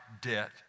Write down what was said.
debt